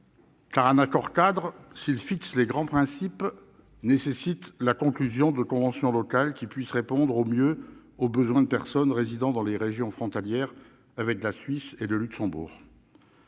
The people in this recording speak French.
car un accord-cadre, s'il fixe les grands principes, nécessite la conclusion de conventions locales pouvant répondre au mieux aux besoins des personnes résidant dans les régions frontalières avec la Suisse et le Luxembourg.